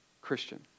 Christian